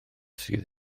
sydd